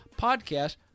podcast